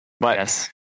Yes